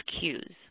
cues